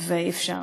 ואי-אפשר